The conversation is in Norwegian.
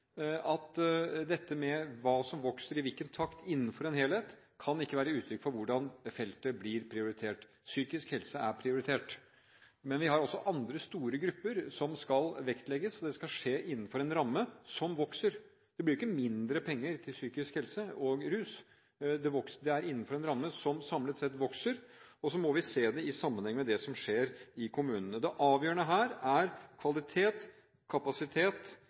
at hva som vokser, i hvilken takt, innenfor en helhet, ikke kan være uttrykk for hvordan feltet blir prioritert. Psykisk helse er prioritert. Men vi har også andre store grupper som skal vektlegges, og det skal skje innenfor en ramme som vokser. Det blir jo ikke mindre penger til psykisk helse og rusfeltet. Dette skal skje innenfor en ramme som samlet sett vokser, og så må vi se det i sammenheng med det som skjer i kommunene. Det avgjørende her er kvalitet, kapasitet